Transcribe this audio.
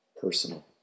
personal